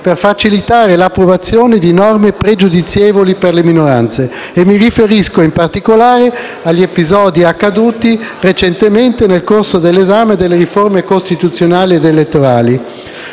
per facilitare l'approvazione di norme pregiudizievoli per le minoranze. Mi riferisco, in particolare, agli episodi accaduti recentemente nel corso dell'esame delle riforme costituzionali ed elettorali.